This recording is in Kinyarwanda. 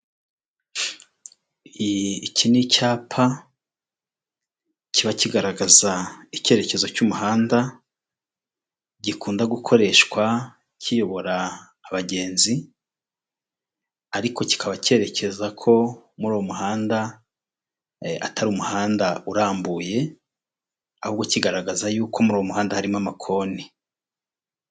Ishusho yasohowe n'ikigo cy'imisoro n'amahoro cy'u Rwanda gishishikariza abantu kwiyandikisha uyu munsi cyangwa se kwishyura ukandikisha kimwe cya gatatu cy'imisoro yawe bitarenze itariki mirongo itatu n'imwe ukuboza bibiri na makumyabiri rimwe.